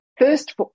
first